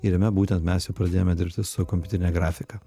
ir jame būtent mes jau pradėjome dirbti su kompiuterine grafika